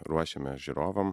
ruošiame žiūrovam